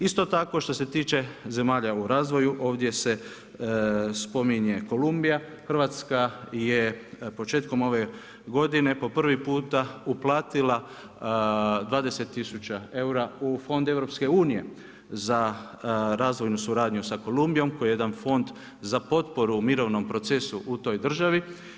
Isto tako što se tiče zemalja u razvoju, ovdje se spominje Kolumbija, Hrvatska je početkom ove g. po prvi puta uplatila 20000 eura u fond EU za razvojnu suradnju sa Kolumbijom koji je jedan fond za potporu mirovno procesu u toj državi.